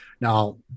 Now